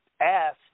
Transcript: asked